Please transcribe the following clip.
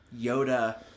Yoda